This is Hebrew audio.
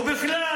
ובכלל,